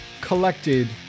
collected